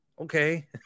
Okay